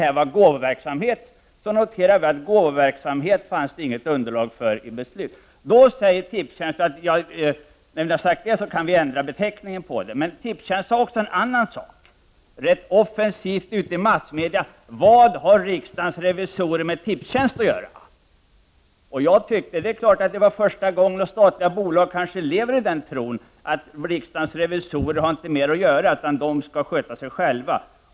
Detta var gåvoverksamhet, och vi noterade att det inte fanns något underlag för gåvoverksamhet i något beslut. Då säger Tipstjänst att vi i så fall kan ändra beteckningen. Men Tipstjänst sade också en annan sak — rätt offensivt i massmedia: Vad har riksdagens revisorer med Tipstjänst att göra? Jag menade att det ju var första gången vi gjorde en sådan granskning, och statliga bolag kanske lever i den tron att riksdagens revisorer inte har med deras verksamhet att göra, utan bolagen skall sköta sig själva.